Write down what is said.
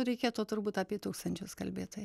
reikėtų turbūt apie tūkstančius kalbėti